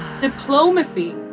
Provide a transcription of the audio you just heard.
diplomacy